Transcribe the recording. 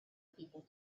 people